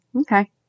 Okay